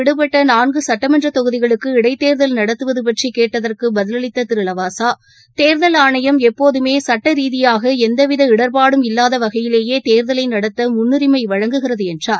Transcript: விடுபட்டநான்குசட்டமன்றதொகுதிகளுக்கு தமிழகத்தில் இடைத்தேர்தல் நடத்துவதுபற்றிகேட்டதற்குபதிலளித்திருலவாசா தேர்தல் ஆணையம் எப்போதுமேசட்ட ரீதியாகஎந்தவித இடர்பாடும் இல்லாதவகையிலேயேதேர்தலைநடத்தமுன்னுரிமைவழங்குகிறதுஎன்றார்